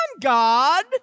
God